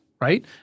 right